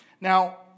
Now